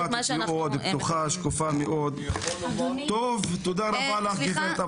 שתביאו שתייפו את כוחו של הגנז וצוותו שהם יעשו את העבודה,